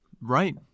Right